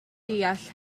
deall